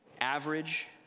average